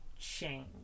change